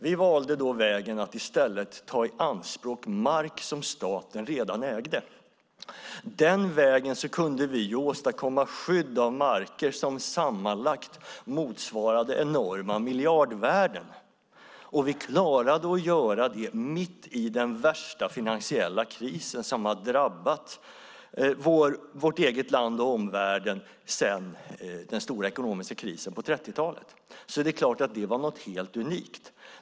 Vi valde att i stället ta i anspråk mark som staten redan ägde. Den vägen kunde vi åstadkomma skydd av marker som sammanlagt motsvarade enorma miljardvärden. Vi klarade att göra det mitt i den värsta finansiella kris som sedan den stora ekonomiska krisen på 1930-talet drabbat vårt land och omvärlden, så det är klart att detta var helt unikt.